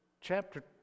Chapter